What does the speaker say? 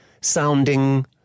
sounding